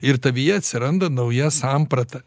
ir tavyje atsiranda nauja samprata